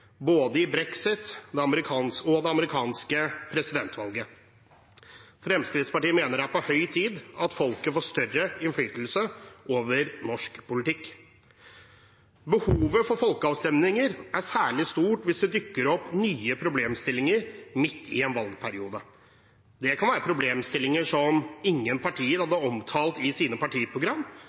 både i brexit og i det amerikanske presidentvalget. Fremskrittspartiet mener det er på høy tid at folket får større innflytelse over norsk politikk. Behovet for folkeavstemninger er særlig stort hvis det dukker opp nye problemstillinger midt i en valgperiode. Det kan være problemstillinger som ingen partier har omtalt i sine